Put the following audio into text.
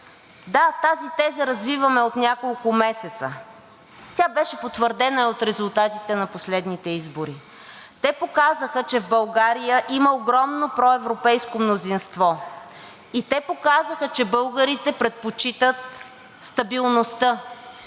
Да, тази теза развиваме от няколко месеца. Тя беше потвърдена и от резултатите на последните избори. Те показаха, че в България има огромно проевропейско мнозинство, и те показаха, че българите предпочитат стабилността